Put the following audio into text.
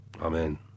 Amen